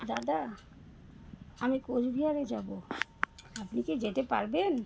দাদা আমি কোচবিহারে যাবো আপনি কি যেতে পারবেন